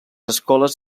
escoles